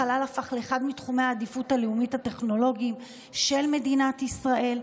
החלל הפך לאחד מתחומי העדיפות הלאומית הטכנולוגיים של מדינת ישראל.